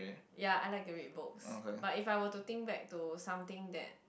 ya I like to read books but if I were to think back to something that